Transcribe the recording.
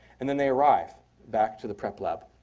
and then they arrive back to the prep lab.